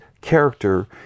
character